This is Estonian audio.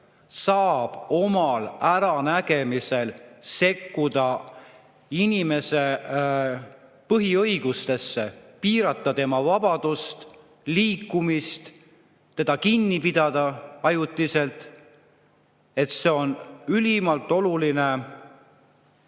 saab oma äranägemisel sekkuda inimese põhiõigustesse, piirata tema vabadust, liikumist, teda kinni pidada, ajutiselt. See on ülimalt oluline õigus,